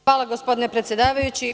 Hvala, gospodine predsedavajući.